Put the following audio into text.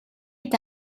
est